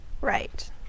Right